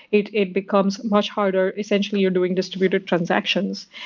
it it becomes much harder. essentially, you're doing distributed transactions.